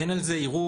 אין על זה ערעור,